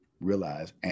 realize